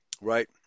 Right